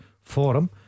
forum